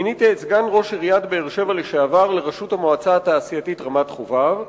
מינית את סגן ראש עיריית באר-שבע לשעבר לראש המועצה התעשייתית רמת-חובב.